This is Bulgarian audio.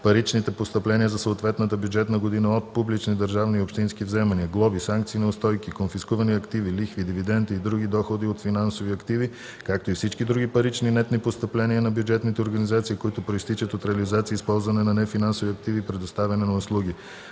паричните постъпления за съответната бюджетна година от: публични държавни и общински вземания, глоби, санкции и неустойки, конфискувани активи, лихви, дивиденти и други доходи от финансови активи, както и всички други парични нетни постъпления на бюджетните организации, които произтичат от реализация и използване на нефинансови активи и предоставяне на услуги.